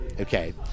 Okay